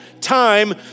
time